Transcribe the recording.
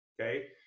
Okay